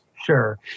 Sure